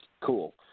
cool